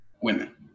women